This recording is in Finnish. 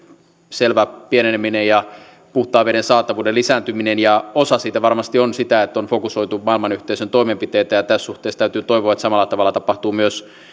selvä pieneneminen ja puhtaan veden saatavuuden lisääntyminen ja osa siitä varmasti on sitä että on fokusoitu maailmanyhteisön toimenpiteitä tässä suhteessa täytyy toivoa että samalla tavalla tapahtuu myös